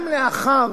גם לאחר